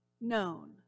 known